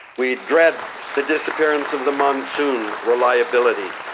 we dread the disappearance of the monsoon reliability.